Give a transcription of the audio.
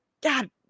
god